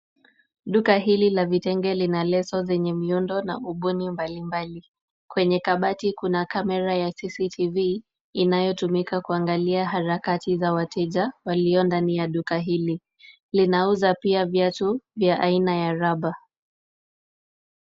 Duka hili la vitenge lina leso zenye miundo na ubuni mbalimbali. Kwenye kabati kuna kamera ya CCTV, inayotumika kuangalia harakati za wateja walio ndani ya duka hili. Linauza pia viatu vya aina ya rubber .